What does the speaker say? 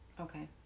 Okay